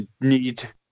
Need